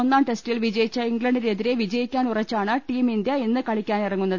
ഒന്നാം ടെസ്റ്റിൽ വിജയിച്ച ഇംഗ്ലണ്ടിനെതിരെ വിജയിക്കാനുറച്ചാണ് ടീം ഇന്ത്യ ഇന്ന് കളിക്കാനിറങ്ങുന്നത്